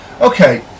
Okay